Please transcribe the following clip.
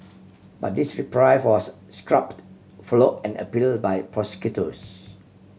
but his reprieve was scrubbed follow an appeal by prosecutors